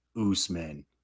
Usman